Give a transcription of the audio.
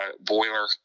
boiler